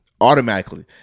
Automatically